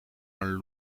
een